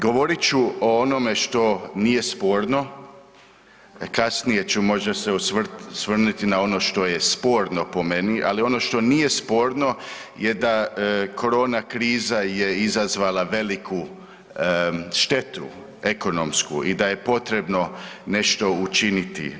Govorit ću o onome što nije sporno, kasnije ću možda se osvrnuti na ono što je sporno po meni, ali ono što nije sporno je da korona kriza je izazvala veliku štetu ekonomsku i da je potrebno nešto učiniti.